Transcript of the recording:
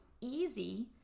easy